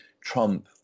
trump